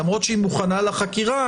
למרות שהיא מוכנה לחקירה,